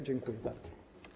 Dziękuję bardzo.